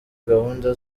gahunda